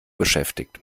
beschäftigt